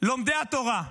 לומדי התורה.